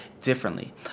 differently